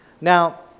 now